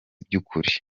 by’ukuri